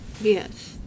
Yes